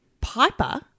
Piper